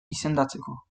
izendatzeko